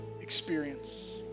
experience